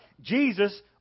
Jesus